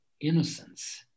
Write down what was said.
innocence